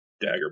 dagger